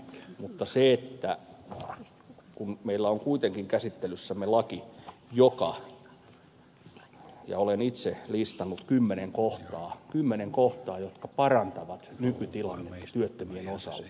mutta meillä on kuitenkin käsittelyssämme laki josta olen itse listannut kymmenen kohtaa jotka parantavat nykytilannetta työttömien osalta